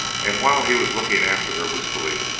and while he was looking after her wistfully,